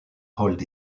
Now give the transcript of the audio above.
hold